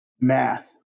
Math